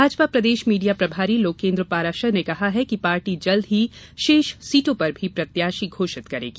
भाजपा प्रदेश मीडिया प्रभारी लोकेंद्र पाराशर ने कहा कि पार्टी जल्द ही शेष सीटों पर भी प्रत्याशी घोषित करेगी